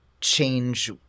change